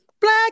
black